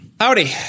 Howdy